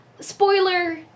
Spoiler